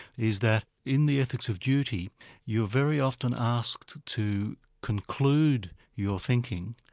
is that in the ethics of duty you're very often asked to conclude your thinking,